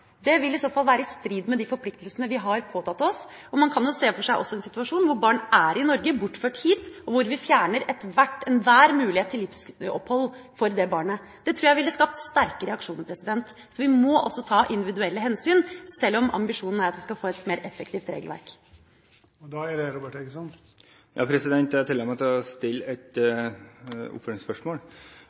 Det vil i så fall være i strid med de forpliktelsene vi har påtatt oss, og man kan også se for seg en situasjon hvor barn er bortført hit til Norge, og hvor vi fjerner enhver mulighet til livsopphold for det barnet. Det tror jeg ville skapt sterke reaksjoner. Så vi må også ta individuelle hensyn, sjøl om ambisjonen er at vi skal få et mer effektivt regelverk. Jeg tillater meg å stille et oppfølgingsspørsmål. Når man viser til